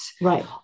Right